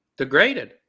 degraded